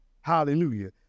hallelujah